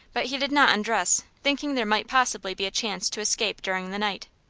but he did not undress, thinking there might possibly be a chance to escape during the night.